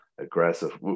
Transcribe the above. aggressive